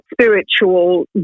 spiritual